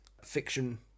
fiction